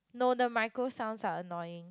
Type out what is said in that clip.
no the micro sounds are annoying